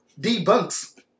debunks